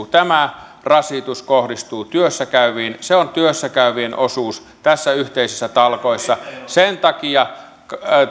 tämä rasitus kohdistuu työssä käyviin se on työssä käyvien osuus näissä yhteisissä talkoissa sen takia